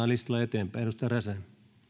listalla eteenpäin edustaja räsänen